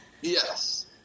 Yes